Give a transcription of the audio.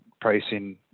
pricing